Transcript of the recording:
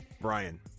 Brian